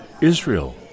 Israel